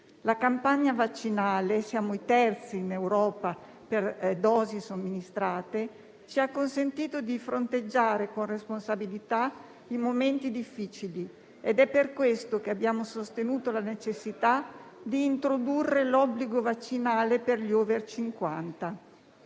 La campagna vaccinale - siamo terzi in Europa per dosi somministrate - ci ha consentito di fronteggiare con responsabilità i momenti difficili, ed è per questo che abbiamo sostenuto la necessità di introdurre l'obbligo vaccinale per gli *over* 50.